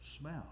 smell